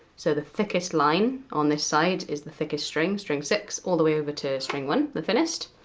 so the thickest line on this side is the thickest string, string six, all the way over to string one, the thinnest,